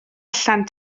allan